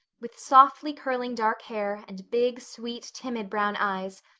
with softly curling dark hair and big, sweet, timid brown eyes,